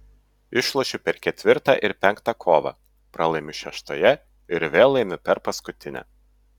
išlošiu per ketvirtą ir penktą kovą pralaimiu šeštoje ir vėl laimiu per paskutinę